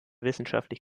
wissenschaftlich